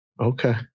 Okay